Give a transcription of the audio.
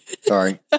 Sorry